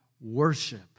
worship